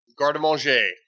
Gardemanger